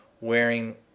wearing